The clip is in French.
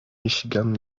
michigan